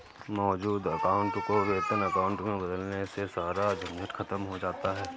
मौजूद अकाउंट को वेतन अकाउंट में बदलवाने से सारा झंझट खत्म हो जाता है